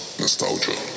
nostalgia